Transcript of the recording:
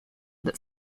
that